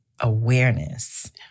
awareness